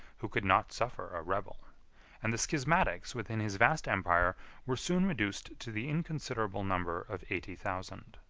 who could not suffer a rebel and the schismatics within his vast empire were soon reduced to the inconsiderable number of eighty thousand.